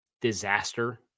disaster